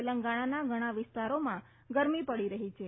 તેલંગાણાના ઘણા વિસ્તારોમાં ગરમી પડી રહી છે